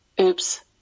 Oops